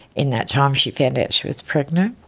in that time she found out she was pregnant,